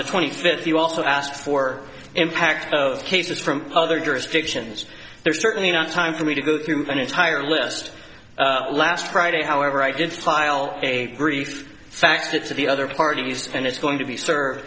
the twenty fifth you also asked for impact of cases from other jurisdictions there's certainly enough time for me to go through an entire list last friday however i did file a brief faxed it to the other parties and it's going to be served